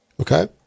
Okay